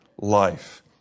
life